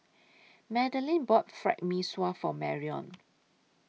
Madalyn bought Fried Mee Sua For Marion